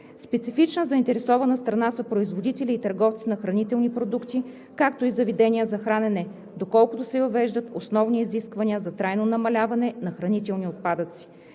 Специфична заинтересована страна са производителите и търговците на хранителни продукти, както и заведенията за хранене, доколкото се въвеждат основни изисквания за трайното намаляване на хранителните отпадъци.